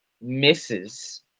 misses